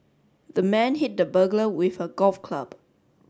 the man hit the burglar with a golf club